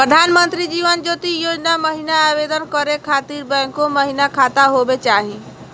प्रधानमंत्री जीवन ज्योति योजना महिना आवेदन करै खातिर बैंको महिना खाता होवे चाही?